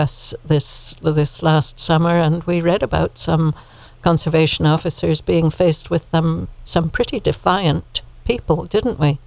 us this well this last summer and we read about some conservation officers being faced with some pretty defiant people didn't